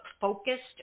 focused